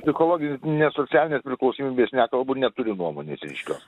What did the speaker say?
psichologinius ne socialinės priklausomybės nekalbu neturiu nuomonės ryškios